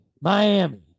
Miami